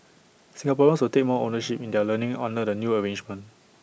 Singaporeans will take more ownership in their learning under the new arrangement